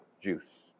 juice